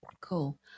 cool